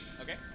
Okay